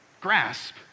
grasp